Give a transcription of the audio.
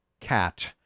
cat